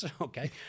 okay